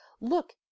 Look